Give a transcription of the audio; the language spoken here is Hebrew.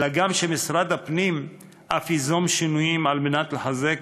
אלא שמשרד הפנים אף ייזום שינויים על מנת לחזק